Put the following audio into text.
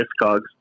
Discogs